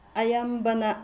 ꯑꯌꯥꯝꯕꯅ